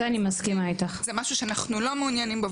זה משהו שאנחנו לא מעוניינים בו,